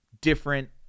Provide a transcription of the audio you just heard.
different